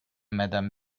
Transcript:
madame